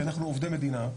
כי אנחנו עובדי מדינה,